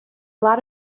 lot